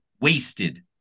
wasted